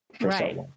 Right